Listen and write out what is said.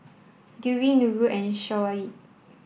Dewi Nurul and Shoaib